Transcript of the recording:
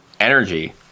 energy